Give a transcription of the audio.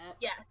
Yes